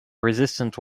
resistance